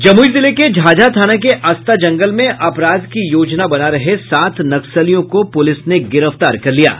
जमुई जिले के झाझा थाने के अस्ता जंगल में अपराध की योजना बना रहे सात नक्सलियों को पुलिस ने गिरफ्तार किया है